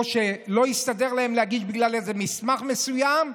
או שלא הסתדר להם להגיש בגלל איזה מסמך מסוים.